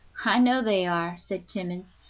i know they are, said timmans,